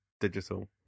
digital